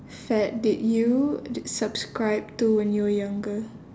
fad did you subscribe to when you were younger